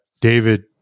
David